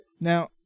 Now